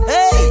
Hey